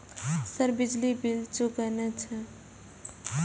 Sir बिजली bill चूकेना छे?